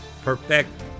perfect